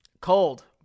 cold